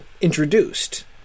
introduced